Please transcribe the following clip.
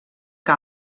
que